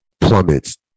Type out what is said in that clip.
plummets